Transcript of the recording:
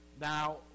Now